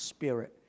Spirit